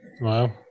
Wow